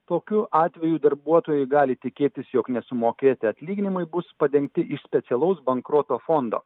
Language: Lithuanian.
tokiu atveju darbuotojai gali tikėtis jog nesumokėti atlyginimai bus padengti iš specialaus bankroto fondo